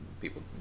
people